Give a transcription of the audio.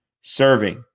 serving